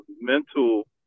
mental